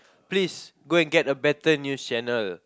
please go and get a better news channel